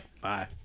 Bye